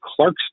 Clarkston